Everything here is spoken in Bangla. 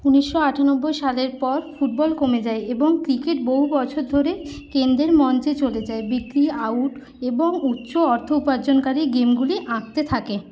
ঊনিশশো আটানব্বই সালের পর ফুটবল কমে যায় এবং ক্রিকেট বহু বছর ধরে কেন্দ্রের মঞ্চে চলে যায় বিক্রি আউট এবং উচ্চ অর্থ উপার্জনকারী গেমগুলি আঁকতে থাকে